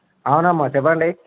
అవునమ్మ చెప్పండి